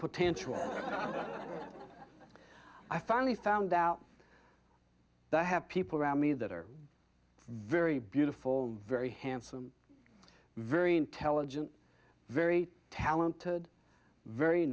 potential i finally found out that i have people around me that are very beautiful very handsome very intelligent very talented very